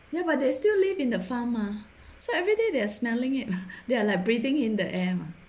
ya but they still live in the farm mah so everyday they are smelling it lah they are like breathing in the air mah